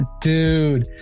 Dude